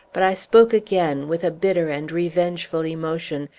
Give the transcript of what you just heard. but i spoke again, with a bitter and revengeful emotion,